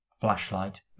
flashlight